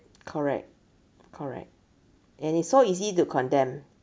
correct correct and it's so easy to condemn